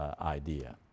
idea